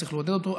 שצריך לעודד אותו,